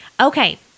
Okay